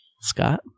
Scott